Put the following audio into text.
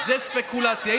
זו ספקולציה.